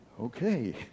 Okay